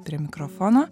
prie mikrofono